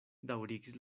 daŭrigis